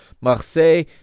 Marseille